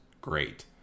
great